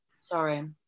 Sorry